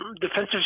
defensive